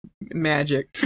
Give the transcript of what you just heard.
Magic